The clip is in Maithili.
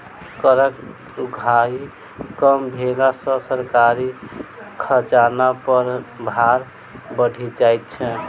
करक उगाही कम भेला सॅ सरकारी खजाना पर भार बढ़ि जाइत छै